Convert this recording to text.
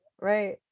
right